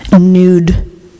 nude